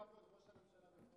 דבר בכבוד אל ראש הממשלה בפועל.